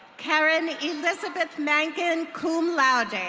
karen elizabeth menken, cum laude.